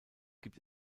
gibt